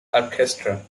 orchestra